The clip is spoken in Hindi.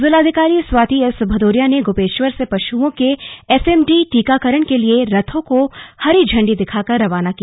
जिलाधिकारी स्वाति एस भदौरिया ने गोपेश्वर से पशुओं के एफएमडी टीकाकरण के लिए रथो को हरी झण्डी दिखाकर रवाना किया